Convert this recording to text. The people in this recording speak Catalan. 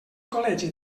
col·legi